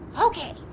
Okay